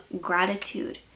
gratitude